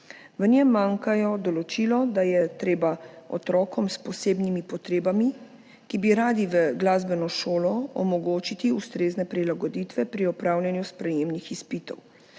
V njem manjka določilo, da je treba otrokom s posebnimi potrebami, ki bi radi v glasbeno šolo, omogočiti ustrezne prilagoditve pri opravljanju sprejemnih izpitov.